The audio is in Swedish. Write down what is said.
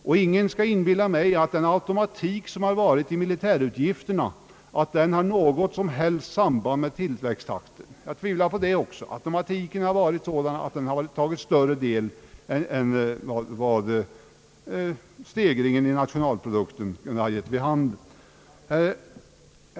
Och ingen skall inbilla mig att automatiken i militärutgifterna har något som helst sammanhang med tillväxttakten i nationalprodukten. Automatiken har varit sådan att militärutgifterna fått en större del än stegringen i nationalprodukten skulle ha givit vid handen.